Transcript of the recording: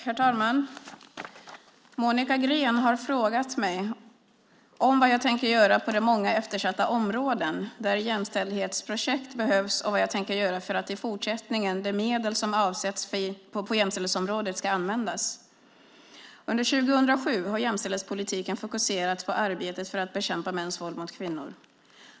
Herr talman! Monica Green har frågat mig vad jag tänker göra på de många eftersatta områden där jämställdhetsprojekt behövs och vad jag tänker göra för att i fortsättningen de medel som avsätts på jämställdhetsområdet ska användas. Under 2007 har jämställdhetspolitiken fokuserats på arbetet för att bekämpa mäns våld mot kvinnor.